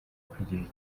kwigirira